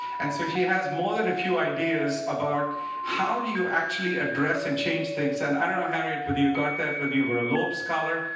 and so she has more than a few ideas about how do you actually address and change things. and i don't know harriet, whether you got that when you were a loeb scholar.